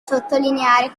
sottolineare